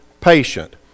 patient